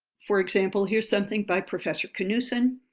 for example, here's something by professor knudson,